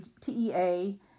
TEA